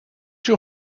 your